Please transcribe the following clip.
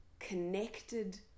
Connected